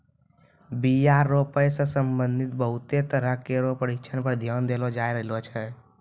बीया रोपै सें संबंधित बहुते तरह केरो परशिक्षण पर ध्यान देलो जाय रहलो छै